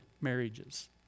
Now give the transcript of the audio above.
marriages